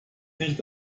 nicht